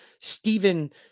Stephen